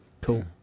cool